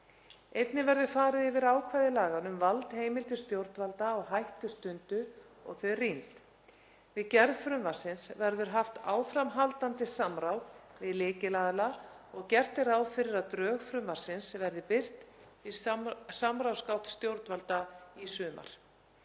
Einnig verður farið yfir ákvæði laganna um valdheimildir stjórnvalda á hættustundu og þau rýnd. Við gerð frumvarpsins verður haft áframhaldandi samráð við lykilaðila og gert er ráð fyrir að drög frumvarpsins verði birt í samráðsgátt stjórnvalda í sumar.